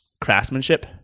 craftsmanship